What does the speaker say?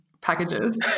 packages